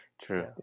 True